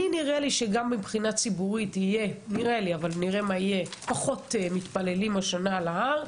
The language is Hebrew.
נראה לי שמבחינה ציבורית יהיו פחות מתפללים השנה על ההר,